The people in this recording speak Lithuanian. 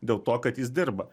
dėl to kad jis dirba